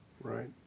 right